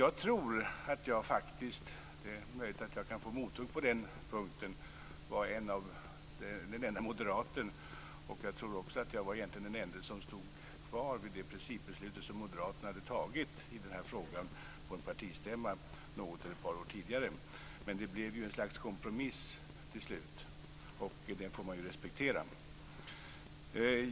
Jag tror - det är möjligt att jag kan få mothugg på den punkten - att jag var den enda moderaten som stod kvar vid det principbeslut som Moderaterna hade fattat i frågan på en partistämma ett par år tidigare. Det blev till slut ett slags kompromiss, och den får man respektera.